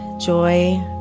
joy